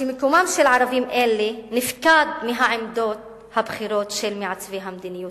מקומם של ערבים אלה נפקד מהעמדות הבכירות של מעצבי המדיניות.